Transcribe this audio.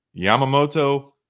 Yamamoto